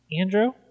Andrew